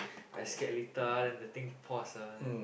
I scared later ah then the thing pause ah then